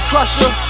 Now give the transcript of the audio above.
Crusher